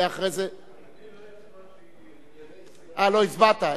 ואחרי זה, אני לא הצבעתי, אה, לא הצבעת.